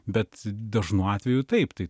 bet dažnu atveju taip tai